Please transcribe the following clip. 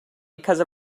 because